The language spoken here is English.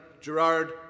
Gerard